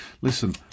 listen